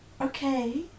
okay